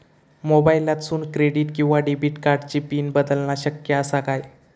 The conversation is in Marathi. मोबाईलातसून क्रेडिट किवा डेबिट कार्डची पिन बदलना शक्य आसा काय?